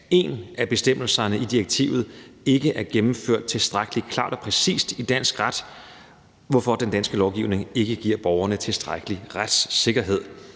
at en af bestemmelserne i direktivet ikke er gennemført tilstrækkelig klart og præcist i dansk ret, hvorfor den danske lovgivning ikke giver borgerne tilstrækkelig retssikkerhed.